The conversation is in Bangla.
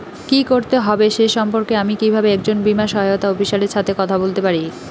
কী করতে হবে সে সম্পর্কে আমি কীভাবে একজন বীমা সহায়তা অফিসারের সাথে কথা বলতে পারি?